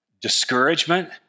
discouragement